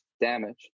damage